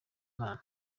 imana